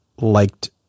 liked